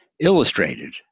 illustrated